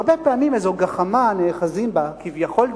הרבה פעמים איזו גחמה, כביכול דתית,